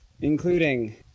Including